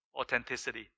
authenticity